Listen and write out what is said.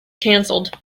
cancelled